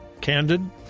candid